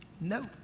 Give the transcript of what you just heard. no